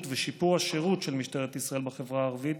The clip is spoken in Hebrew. ושיפור השירות של משטרת ישראל בחברה הערבית,